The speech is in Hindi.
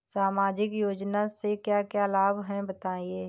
सामाजिक योजना से क्या क्या लाभ हैं बताएँ?